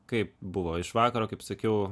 kaip buvo iš vakaro kaip sakiau